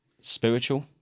spiritual